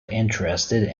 interested